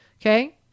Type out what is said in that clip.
Okay